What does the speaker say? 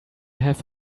have